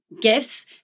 gifts